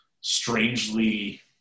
strangely